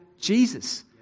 Jesus